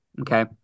okay